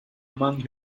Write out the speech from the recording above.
among